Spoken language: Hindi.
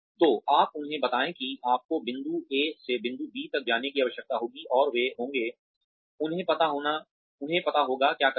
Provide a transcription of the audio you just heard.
तो आप उन्हें बताएं कि आपको बिंदु ए से बिंदु बी तक जाने की आवश्यकता होगी और वे होंगे उन्हें पता होगा क्या करना है